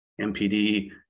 MPD